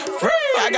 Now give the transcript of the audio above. free